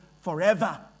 forever